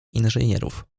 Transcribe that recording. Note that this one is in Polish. inżynierów